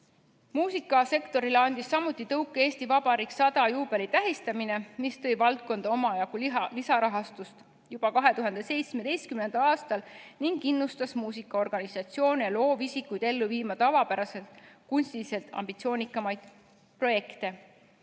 Muusikasektorile andis samuti tõuke "Eesti Vabariik 100" juubeli tähistamine, mis tõi valdkonda omajagu lisarahastust juba 2017. aastal ning aitas muusikaorganisatsioonidel ja loovisikutel ellu viia tavapärasest kunstiliselt ambitsioonikamaid projekte.